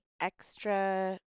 extra